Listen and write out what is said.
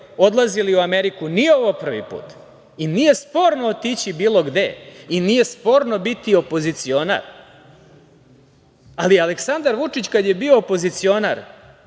odlazili u Ameriku. Nije ovo prvi put i nije sporno otići bilo gde i nije sporno biti opozicionar, ali Aleksandar Vučić kad je bio opozicionar,